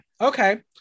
Okay